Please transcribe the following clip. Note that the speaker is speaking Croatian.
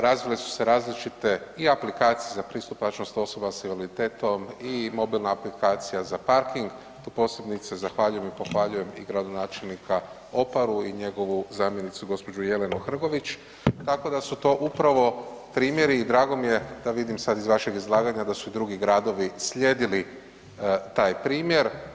Razvile su se različite i aplikacije za pristupačnost osoba s invaliditetom i mobilna aplikacija za parking, tu posebice zahvaljujem i pohvaljujem i gradonačelnika Oparu i njegovu zamjenicu gđu. Jelenu Hrgović, tako da su to upravo primjeri i drago mi je, da vidim sad iz vašeg izlaganja da su i drugi gradovi slijedili taj primjer.